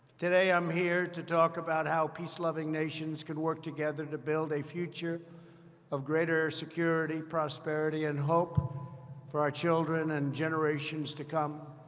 today, i'm here to talk about how peace-loving nations can work together to build a future of greater security, prosperity, and hope for our children and generations to come.